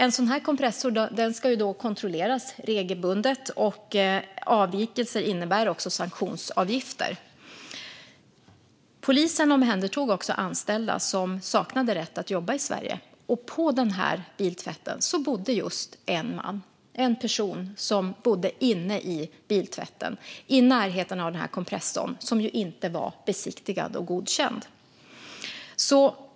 En sådan här kompressor ska kontrolleras regelbundet, och avvikelser innebär sanktionsavgifter. Polisen omhändertog också anställda som saknade rätt att jobba i Sverige. Och inne på biltvätten bodde också en person, i närheten av kompressorn, som ju inte var besiktigad och godkänd.